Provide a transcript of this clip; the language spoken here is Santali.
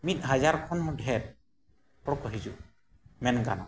ᱢᱤᱫ ᱦᱟᱡᱟᱨ ᱠᱷᱚᱱᱦᱚᱸ ᱰᱷᱮᱨ ᱦᱚᱲᱠᱚ ᱦᱤᱡᱩᱜᱼᱟ ᱢᱮᱱᱜᱟᱱᱚᱜᱼᱟ